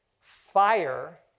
fire